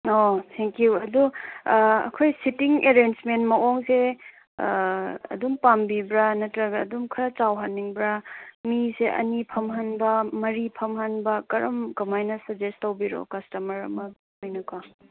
ꯑꯣ ꯊꯦꯡꯀꯤꯎ ꯑꯗꯨ ꯑꯩꯈꯣꯏ ꯁꯤꯠꯇꯤꯡ ꯑꯦꯔꯦꯟꯁꯃꯦꯟ ꯃꯑꯣꯡꯁꯦ ꯑꯗꯨꯝ ꯄꯥꯝꯕꯤꯕ꯭ꯔꯥ ꯅꯠꯇ꯭ꯔꯒ ꯑꯗꯨꯝ ꯈ꯭ꯔꯥ ꯆꯥꯎꯍꯟꯅꯤꯡꯕ꯭ꯔꯥ ꯃꯤꯁꯦ ꯑꯅꯤ ꯐꯝꯍꯟꯕ ꯃꯔꯤ ꯐꯝꯍꯟꯕ ꯀꯔꯝꯅ ꯀꯃꯥꯏꯅ ꯇꯧꯕ ꯁꯖꯦꯁ ꯇꯧꯕꯤꯔꯛꯑꯣ ꯀꯁꯇꯃꯔ ꯑꯃ ꯑꯣꯏꯅꯀꯣ